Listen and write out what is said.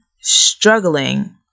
struggling